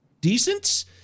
decent